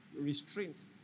restraint